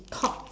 talk